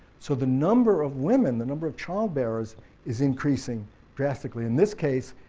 so the number of women, the number of child bearers is increasing drastically. in this case,